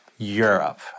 Europe